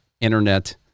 internet